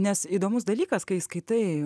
nes įdomus dalykas kai skaitai